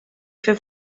fer